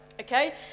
okay